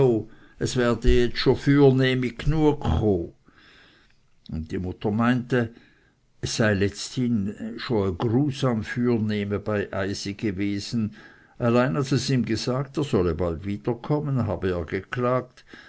es werde jetzt scho fürnemi gnue cho und die mutter meinte es sei letzthin scho e grusam fürneme bei eisin gewesen allein als es ihm gesagt er solle bald wiederkommen hab er geklagt